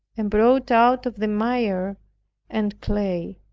and brought out of the mire and clay.